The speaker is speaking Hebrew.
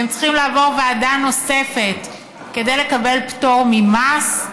והם צריכים לעבור ועדה נוספת כדי לקבל פטור ממס.